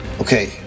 Okay